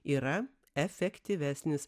yra efektyvesnis